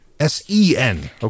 S-E-N